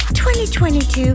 2022